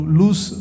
lose